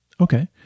okay